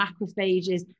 macrophages